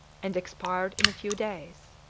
and expired in a few days.